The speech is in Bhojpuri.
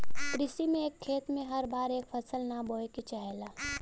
कृषि में एक खेत में हर बार एक फसल ना बोये के चाहेला